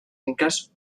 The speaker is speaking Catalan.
inques